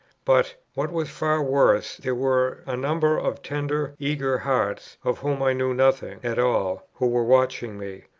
but, what was far worse, there were a number of tender, eager hearts, of whom i knew nothing at all, who were watching me,